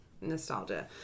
nostalgia